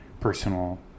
personal